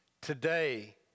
Today